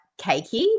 cakey